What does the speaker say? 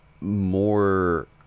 more